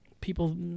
people